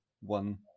one